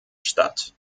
statt